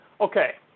Okay